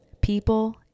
people